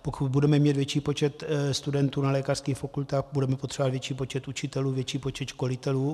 Pokud budeme mít větší počet studentů na lékařských fakultách, budeme potřebovat větší počet učitelů, větší počet školitelů.